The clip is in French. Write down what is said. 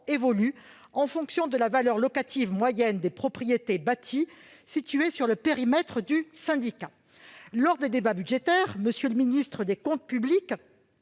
évolue en fonction de la valeur locative moyenne des propriétés bâties situées sur le périmètre du syndicat. Lors des débats budgétaires, M. le ministre délégué chargé des comptes publics